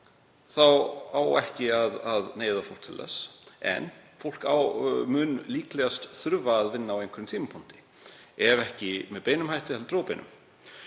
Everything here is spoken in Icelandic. þá eigi ekki að neyða það til þess. En fólk mun líklegast þurfa að vinna á einhverjum tímapunkti, ef ekki með beinum hætti þá óbeinum,